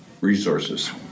resources